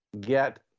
get